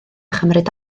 chymryd